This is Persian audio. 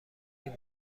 این